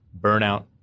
burnout